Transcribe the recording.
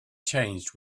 changed